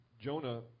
Jonah